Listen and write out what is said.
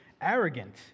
arrogant